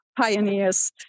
pioneers